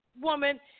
woman